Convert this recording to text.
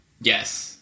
Yes